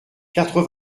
quatre